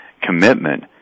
commitment